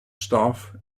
staff